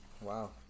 Wow